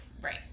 Right